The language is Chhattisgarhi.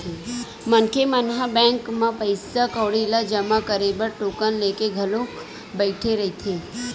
मनखे मन ह बैंक म पइसा कउड़ी ल जमा करे बर टोकन लेके घलोक बइठे रहिथे